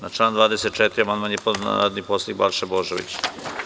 Na član 24. amandman je podneo narodni poslanik Balša Božović.